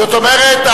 זאת אומרת,